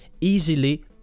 easily